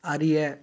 அறிய